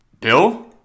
Bill